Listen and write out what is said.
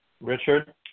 Richard